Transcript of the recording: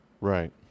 Right